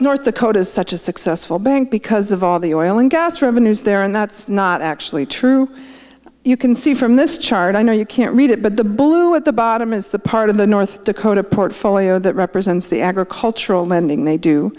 north dakota is such a successful bank because of all the oil and gas revenues there and that's not actually true you can see from this chart i know you can't read it but the blue at the bottom is the part of the north dakota portfolio that represents the agricultural lending they do